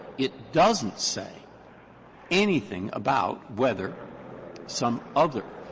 it doesn't say anything about whether some other